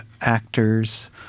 actors